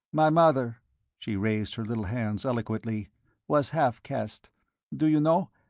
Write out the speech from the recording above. my mother she raised her little hands eloquently was half-caste. do you know?